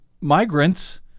migrants